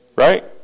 Right